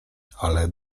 ale